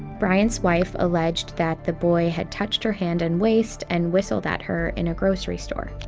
bryant's wife alleged that the boy had touched her hand and waist, and whistled at her in a grocery store.